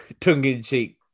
tongue-in-cheek